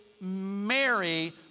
Mary